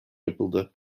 yapıldı